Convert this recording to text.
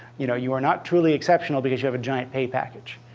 you know you are not truly exceptional because you have a giant pay package.